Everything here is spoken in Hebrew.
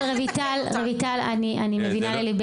אני יודעת שזה מדם ליבך,